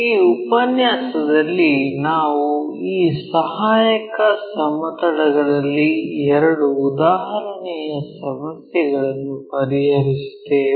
ಈ ಉಪನ್ಯಾಸದಲ್ಲಿ ನಾವು ಈ ಸಹಾಯಕ ಸಮತಲಗಳಲ್ಲಿ ಎರಡು ಉದಾಹರಣೆಯ ಸಮಸ್ಯೆಗಳನ್ನು ಪರಿಹರಿಸುತ್ತೇವೆ